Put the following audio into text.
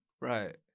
Right